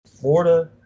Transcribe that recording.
Florida